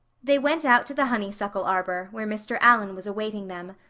they went out to the honeysuckle arbor, where mr. allan was awaiting them.